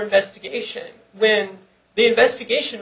investigation when the investigation